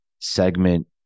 segment